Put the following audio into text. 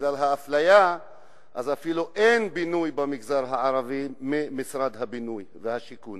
בגלל האפליה אפילו אין בינוי של משרד הבינוי והשיכון